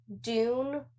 Dune